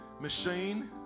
machine